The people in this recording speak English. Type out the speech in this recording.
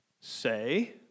say